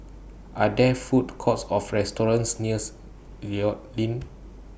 Are There Food Courts of restaurants nears Inn